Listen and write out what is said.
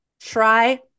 Try